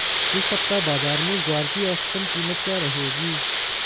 इस सप्ताह बाज़ार में ग्वार की औसतन कीमत क्या रहेगी?